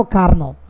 karno